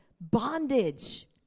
bondage